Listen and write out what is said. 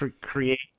create